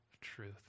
truth